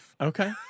Okay